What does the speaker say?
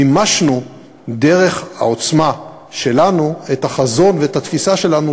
מימשנו דרך העוצמה שלנו את החזון ואת התפיסה שלנו,